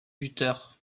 lutteur